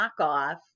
knockoff